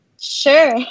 Sure